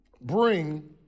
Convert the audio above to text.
bring